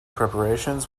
preparations